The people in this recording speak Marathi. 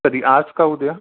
तरी आज का उद्या